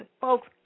folks